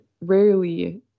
rarely